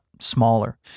smaller